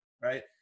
Right